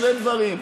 שני דברים: